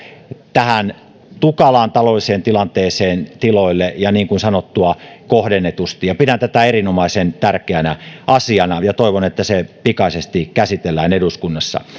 tähän tukalaan taloudelliseen tilanteeseen tiloille ja niin kuin sanottua kohdennetusti pidän tätä erinomaisen tärkeänä asiana ja toivon että se pikaisesti käsitellään eduskunnassa